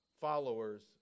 followers